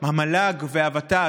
המל"ג והוות"ת,